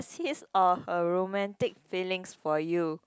his or her romantic feelings for you